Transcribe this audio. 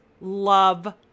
love